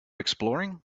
exploring